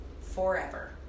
forever